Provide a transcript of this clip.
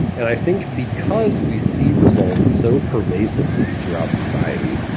and i think because we see results so pervasively throughout society,